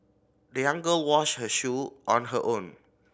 the young girl washed her shoe on her own